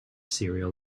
cereal